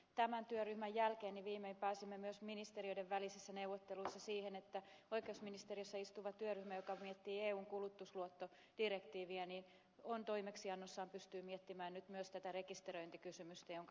tämän työryhmän jälkeen viimein pääsimme myös ministeriöiden välisissä neuvotteluissa siihen että oikeusministeriössä istuva työryhmä joka miettii eun kulutusluottodirektiiviä toimeksiannossaan pystyy miettimään nyt myös tätä rekisteröintikysymystä jonka ed